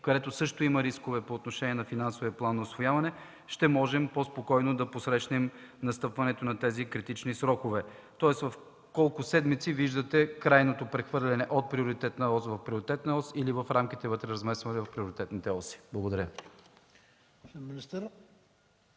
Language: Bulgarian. където също има рискове по отношение на усвояване на Националния план, ще можем по спокойно да посрещнем настъпването на тези критични срокове? Тоест в колко седмици виждате крайното прехвърляне от приоритетна ос в приоритетна ос или в рамките вътре на приоритетните оси? Благодаря.